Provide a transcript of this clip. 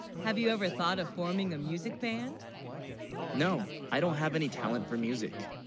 have you, ever thought of forming a music band no, i don't have, any talent for music,